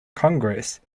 congress